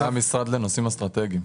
זה היה משרד לנושאים אסטרטגיים.